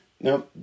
Now